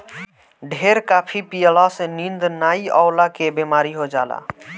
ढेर काफी पियला से नींद नाइ अवला के बेमारी हो जाला